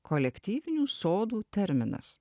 kolektyvinių sodų terminas